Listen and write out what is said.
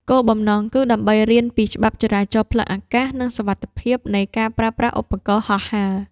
គោលបំណងគឺដើម្បីរៀនពីច្បាប់ចរាចរណ៍ផ្លូវអាកាស និងសុវត្ថិភាពនៃការប្រើប្រាស់ឧបករណ៍ហោះហើរ។